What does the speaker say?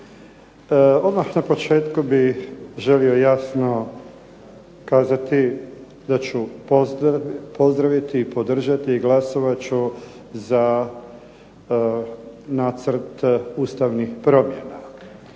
Odmah na početku bih želio jasno kazati da ću pozdraviti i podržati i glasovat ću za Nacrt ustavnih promjena.